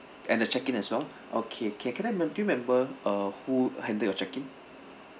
and the check in as well okay can I remember you remember uh who handle your check in